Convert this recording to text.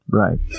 right